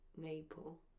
Maple